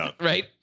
right